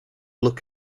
look